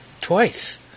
twice